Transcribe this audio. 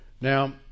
Now